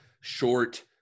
short